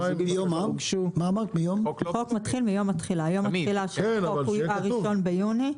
יום התחילה של החוק הוא ה- 1 ביוני.